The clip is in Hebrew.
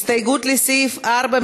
הסתייגות לסעיף 4,